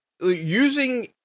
using